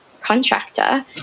contractor